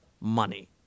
money